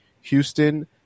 Houston